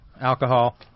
Alcohol